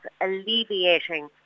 alleviating